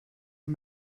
ihm